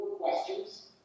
questions